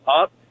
up